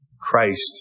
Christ